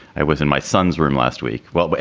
i was in my son's room last week. well, but